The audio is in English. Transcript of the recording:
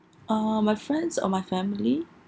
uh my friends or my family